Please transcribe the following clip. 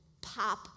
pop